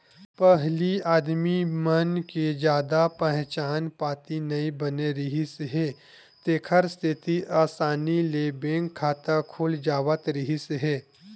पहिली आदमी मन के जादा पहचान पाती नइ बने रिहिस हे तेखर सेती असानी ले बैंक खाता खुल जावत रिहिस हे